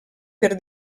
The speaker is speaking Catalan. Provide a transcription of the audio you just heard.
per